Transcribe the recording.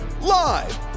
live